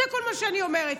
זה כל מה שאני אומרת,